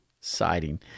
Siding